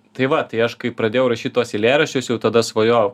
tai va tai aš kai pradėjau rašyt tuos eilėraščius jau tada svajojau